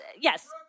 yes